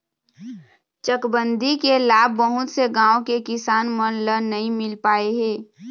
चकबंदी के लाभ बहुत से गाँव के किसान मन ल नइ मिल पाए हे